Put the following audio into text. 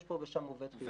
יש פה ושם עובד שנדבק.